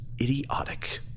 idiotic